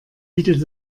bietet